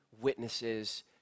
witnesses